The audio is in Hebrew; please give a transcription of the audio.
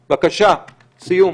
בבקשה, סיום,